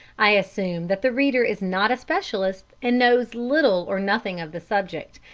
i assume that the reader is not a specialist and knows little or nothing of the subject,